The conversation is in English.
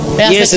Yes